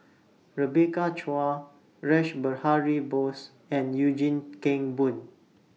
Rebecca Chua Rash Behari Bose and Eugene Kheng Boon